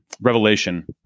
revelation